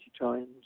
times